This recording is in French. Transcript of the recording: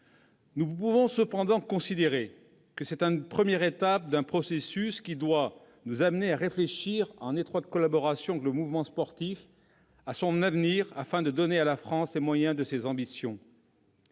Nous pouvons cependant la considérer comme la première étape d'un processus qui doit nous amener à réfléchir, en étroite collaboration avec le mouvement sportif, à son avenir, afin de donner à la France les moyens de ses ambitions.